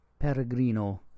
Peregrino